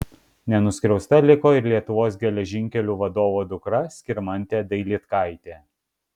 nenuskriausta liko ir lietuvos geležinkelių vadovo dukra skirmantė dailydkaitė